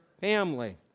family